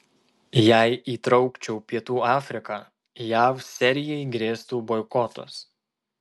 jei įtraukčiau pietų afriką jav serijai grėstų boikotas